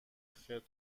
خرت